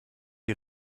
die